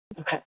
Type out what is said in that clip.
Okay